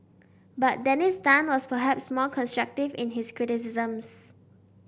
but Dennis Tan was perhaps more constructive in his criticisms